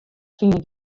fine